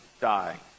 die